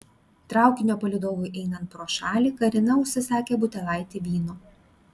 traukinio palydovui einant pro šalį karina užsisakė butelaitį vyno